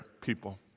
people